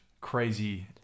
crazy